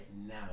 now